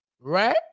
right